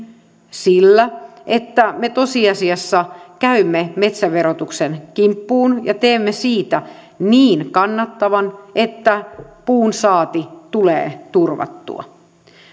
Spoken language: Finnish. sillä että me tosiasiassa käymme metsäverotuksen kimppuun ja teemme siitä niin kannattavan että puun saanti tulee turvattua